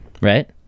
right